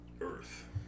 Earth